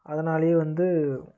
அதனாலையே வந்து